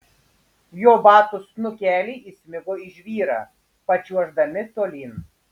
jo batų snukeliai įsmigo į žvyrą pačiuoždami tolyn